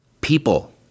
People